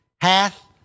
hath